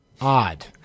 Odd